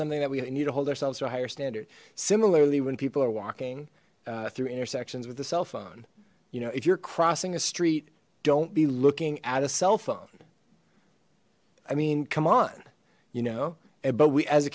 something that we need to hold ourselves to a higher standard similarly when people are walking through intersections with a cell phone you know if you're crossing a street don't be looking at a cell phone i mean come on you know but we as a